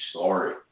sorry